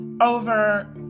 over